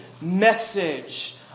message